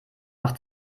nach